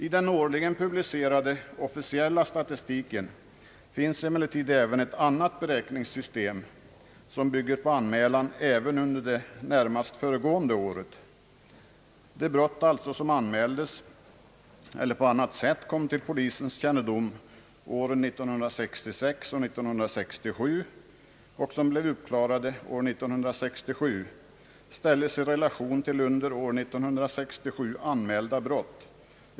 I den årligen producerade officiella statistiken finns emellertid även ett annat beräkningssystem som bygger på anmälan också under närmast föregående år. De brott som anmälts eller på annat sätt kommit till polisens kännedom åren 1966 och 1967 och blev uppklarade år 1967 ställes alltså i relation till under detta år anmälda brott.